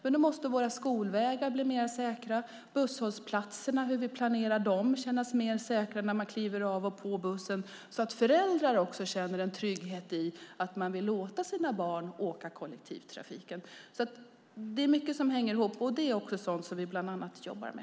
Dock måste våra skolvägar bli säkrare och busshållplatserna vara säkra när barnen kliver på och av bussen så att föräldrarna känner trygghet och vill låta sina barn åka kollektivt. Det är alltså mycket som hänger ihop, och det är bland annat detta vi jobbar med.